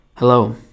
Hello